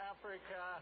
Africa